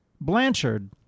Blanchard